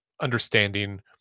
understanding